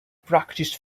practiced